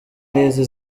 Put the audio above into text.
n’izi